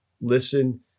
listen